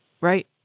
right